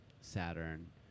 Saturn